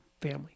family